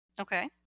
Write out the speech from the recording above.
Okay